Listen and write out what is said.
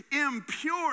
impure